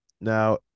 now